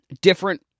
different